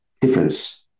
difference